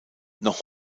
noch